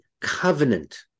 covenant